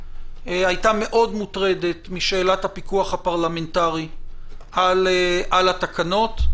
הייתה מאוד מוטרדת משאלת הפיקוח הפרלמנטרי על התקנות,